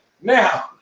Now